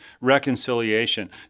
reconciliation